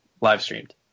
live-streamed